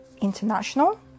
International